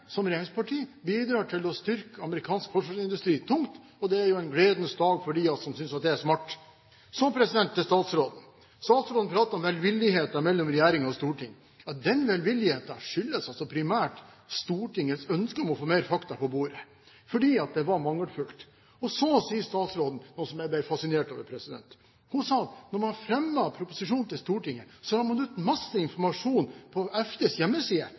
som regjeringsparti bidrar til å styrke amerikansk forsvarsindustri tungt. Det er jo en gledens dag for dem av oss som synes at det er smart. Så til statsråden: Statsråden prater om velvilligheten mellom regjering og storting. Ja, den velvilligheten skyldes altså primært Stortingets ønske om å få mer fakta på bordet fordi det var mangelfullt. Så sier statsråden noe som jeg ble fascinert over. Hun sa: Da man fremmet proposisjonen for Stortinget, la man ut masse informasjon på FDs hjemmeside.